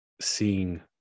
seeing